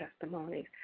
testimonies